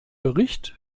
bericht